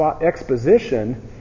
Exposition